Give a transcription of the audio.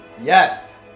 Yes